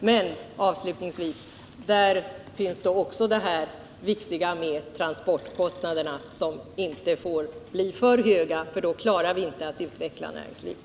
Men, avslutningsvis, det är också viktigt att transportkostnaderna inte får bli alltför höga, eftersom vi då inte klarar utvecklingen av näringslivet.